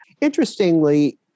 Interestingly